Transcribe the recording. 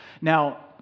Now